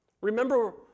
Remember